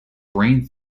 brain